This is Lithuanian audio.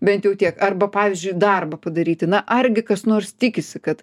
bent jau tiek arba pavyzdžiui darbą padaryti na argi kas nors tikisi kad